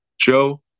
Joe